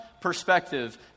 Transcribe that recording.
perspective